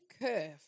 curve